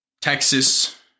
Texas